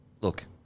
Look